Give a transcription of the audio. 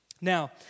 Now